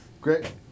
great